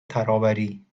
ترابری